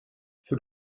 für